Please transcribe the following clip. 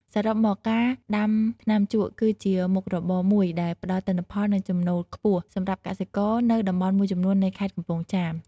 សរុបមក ការដាំថ្នាំជក់គឺជាមុខរបរមួយដែលផ្តល់ទិន្នផល និងចំណូលខ្ពស់សម្រាប់កសិករនៅតំបន់មួយចំនួននៃខេត្តកំពង់ចាម។